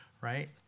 Right